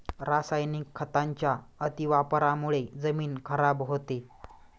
रासायनिक खतांच्या अतिवापरामुळे जमीन खराब होते